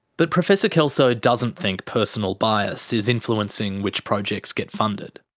but professor kelso doesn't think personal bias is influencing which projects get funded.